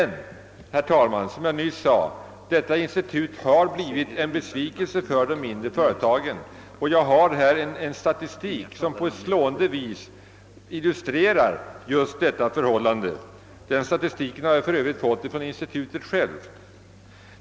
Därvidlag har emellertid de mindre företagen som sagt blivit besvikna. Jag har här en statistik som på ett slående sätt visar detta. Jag har för övrigt fått den statistiken från institutet självt.